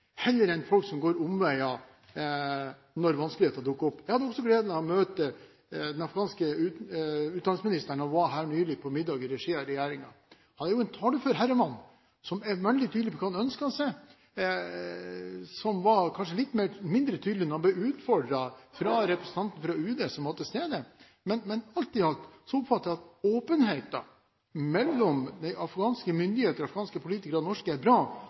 enn til folk som går omveier når vanskeligheter dukker opp. Jeg hadde gleden av å møte den afghanske utdanningsministeren på middag i regi av regjeringen da han var her nylig. Han er en talefør herremann som er veldig tydelig på hva han ønsker seg. Han var kanskje mindre tydelig da han ble utfordret av representanten fra UD som var til stede, men alt i alt oppfatter jeg at åpenheten mellom de afghanske myndighetene, afghanske politikere, og norske politikere er bra,